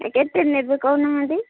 କେତେ ନେବେ କହୁନାହାଁନ୍ତି